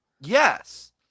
Yes